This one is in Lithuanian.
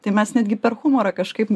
tai mes netgi per humorą kažkaip